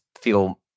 feel